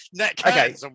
Okay